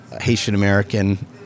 Haitian-American